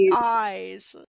eyes